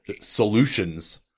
solutions